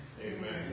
amen